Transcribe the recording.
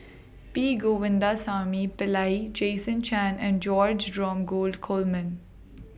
P Govindasamy Pillai Jason Chan and George Dromgold Coleman